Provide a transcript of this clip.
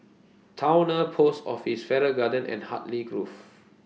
Towner Post Office Farrer Garden and Hartley Grove